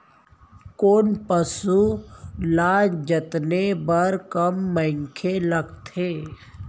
कोन पसु ल जतने बर कम मनखे लागथे?